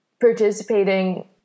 participating